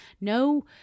no